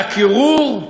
והקירור,